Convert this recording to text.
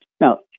Now